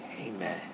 amen